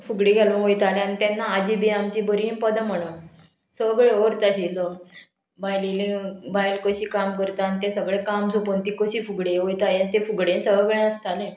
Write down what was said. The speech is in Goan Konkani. फुगडी घालूंक वयताले आनी तेन्ना आजी बी आमची बरी पदां म्हणून सगळें अर्थ आशिल्लो बायलेली बायल कशी काम करता आनी तें सगळें काम जोपून ती कशी फुगडी वयता आनी ते फुगडे सगळें आसताले